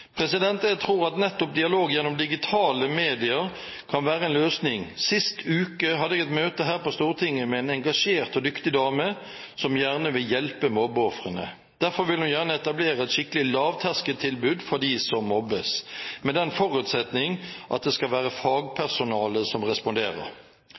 Jeg tror at nettopp dialog gjennom digitale medier kan være en løsning. Sist uke hadde jeg et møte her på Stortinget med en engasjert og dyktig dame som gjerne vil hjelpe mobbeofrene. Derfor vil hun gjerne etablere et skikkelig lavterskeltilbud for dem som mobbes, med den forutsetning at det skal være